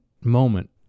moment